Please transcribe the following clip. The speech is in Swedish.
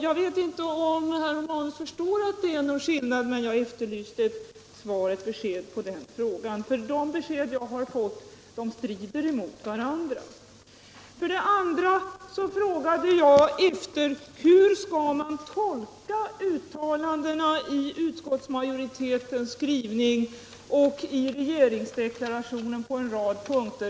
Jag vet inte om herr Romanus förstår att det är skillnad på en utredning tillsatt av regeringen och en arbetsgrupp tillsatt av chefen för socialdepartementet. De besked jag fått strider mot varandra och det var därför jag ställde denna fråga. För det andra frågade jag hur man skall tolka uttalandena i utskottets skrivning och i regeringsdeklarationen på en rad punkter.